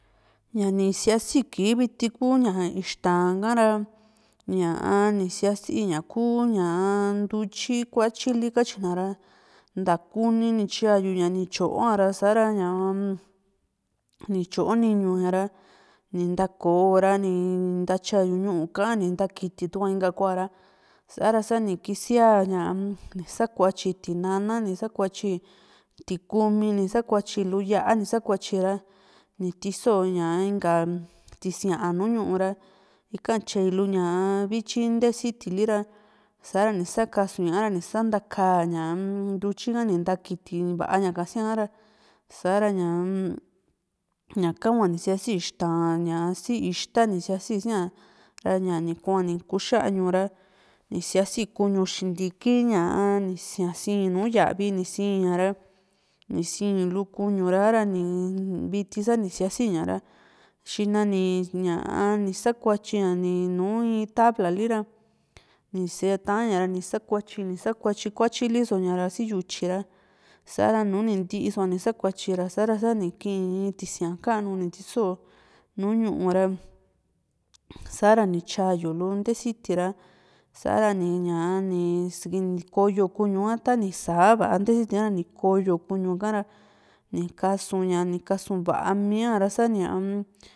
ña nisiasi kii viti ku ña ixta´n kara ña ni siasi ña ku ña ndutyi kuatyili katina ra nta kuni ni tyaayu ña ni tyoa sa´ra sa ñaa nityo niñiña ra ni ntaakora ni ntyayu ñu´u kaa´n ra i ntakiti tua inka kua´a sa´ra sani kisia ñaa ni sakuatyi tinana ni sakuatyi tikumi ni saktyi lu yá´a ni sakuatyi ra ni tiso ña inka tisia´n nu ñu´u ra ika tyaelu ña vityi ntee sitili ra sa´ra ni sakasu´in ñahra ni santaka ñaa ntutyi ka ni ntakiti va´a ñaka siaara sa´ra ñaa ñaka hua ni sia´si ixta´n ña si ixta ni sia´si sia ra ñani kua ni kuxañu ra si sia´si kuñu xintiki ñaa ni sia sí´n nu yavi nisiña ra ni sí´n lu kuñu ra sa´ra ni viti sa ni sia´siña ra xina ni ña´a ni sakuatyi ña nuin tabla li´ra ni ta´ñara ni sakuatyi ni sakuatyi kuatyili so ñara si yutyi sa´ra núú ni ntii soa ni sakuatyi ra sa´ra sa i kii in tisia kanu ni ti´so nu ñu´u ra sa´ra ni tyayu lu ntesiti ra sa´ra ni´ña ni kooyo kuñua tani sa´a va´a nte siti´ara ni koyo ñuñu ka´ra ni kasu ña ni kasuu vaá mía ra sá ñaa ­